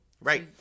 Right